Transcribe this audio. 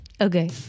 Okay